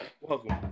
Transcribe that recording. Welcome